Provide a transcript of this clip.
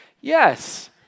Yes